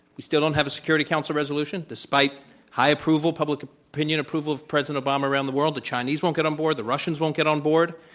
we still don't have a security council resolution despite high approval, public opinion approval of president obama around the world. the chinese won't get on board, the russians won't get on board.